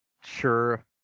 Sure